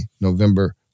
November